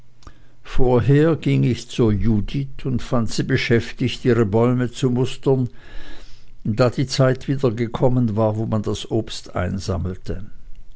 vorher ging ich zur judith und fand sie beschäftigt ihre bäume zu mustern da die zeit wieder gekommen war wo man das obst einsammelte